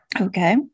Okay